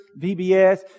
VBS